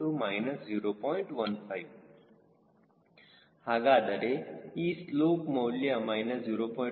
15 ಹಾಗಾದರೆ ಈ ಸ್ಲೋಪ್ ಮೌಲ್ಯ 0